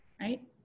right